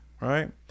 Right